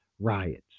riots